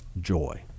joy